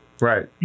right